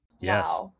Yes